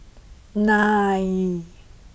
nine